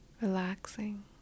relaxing